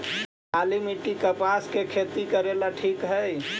काली मिट्टी, कपास के खेती करेला ठिक हइ?